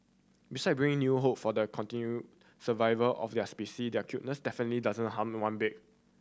beside bringing new hope for the continue survival of their specy their cuteness definitely doesn't harm one bit